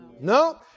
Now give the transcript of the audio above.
no